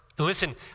Listen